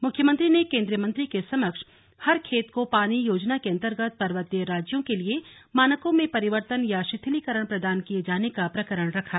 मुख्यमंत्री ने केंद्रीय मंत्री के समक्ष हर खेत को पानी योजना के अन्तर्गत पर्वतीय राज्यों के लिए मानकों में परिवर्तन या शिथिलीकरण प्रदान किये जाने का प्रकरण रखा